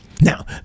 Now